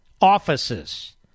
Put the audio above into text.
offices